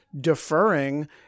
deferring